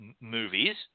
movies